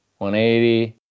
180